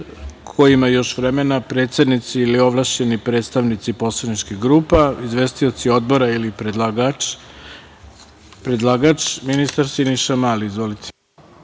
ko ima još vremena, predsednici ili ovlašćeni predstavnici poslaničkih grupa, izvestioci odbora ili predlagač? Reč ima predlagač ministar Siniša Mali. Izvolite.